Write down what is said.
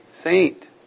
saint